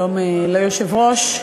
שלום ליושב-ראש,